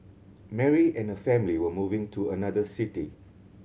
Mary and her family were moving to another city